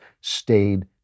stayed